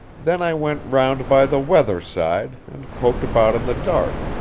then i went round by the weather side, and poked about in the dark,